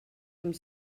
amb